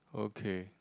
okay